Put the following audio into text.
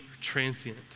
transient